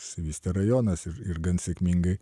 išsivystė rajonas ir ir gan sėkmingai